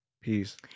Peace